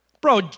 Bro